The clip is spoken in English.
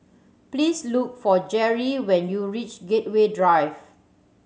please look for Jerri when you reach Gateway Drive